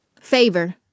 favor